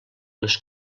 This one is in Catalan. les